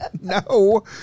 No